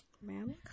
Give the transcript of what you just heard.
Man